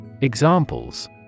Examples